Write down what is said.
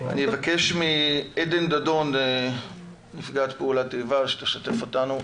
אני אבקש מעדן דדון נפגעת פעולת איבה שתשתף אותנו.